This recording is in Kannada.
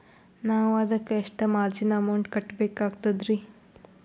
ನಾವು ಅದಕ್ಕ ಎಷ್ಟ ಮಾರ್ಜಿನ ಅಮೌಂಟ್ ಕಟ್ಟಬಕಾಗ್ತದ್ರಿ?